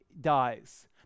dies